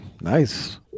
Nice